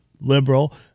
liberal